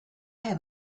have